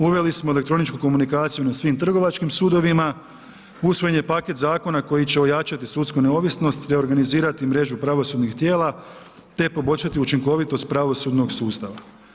Uveli smo elektroničku komunikaciju na svim trgovačkim sudovima, usvojen je paket zakona koji će ojačati sudsku neovisnost te organizirati mrežu pravosudnih tijela te poboljšati učinkovitost pravosudnog sustava.